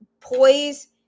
poise